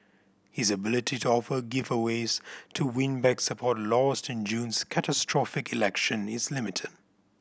his ability to offer giveaways to win back support lost in June's catastrophic election is limited